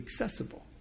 accessible